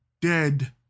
dead